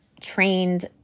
trained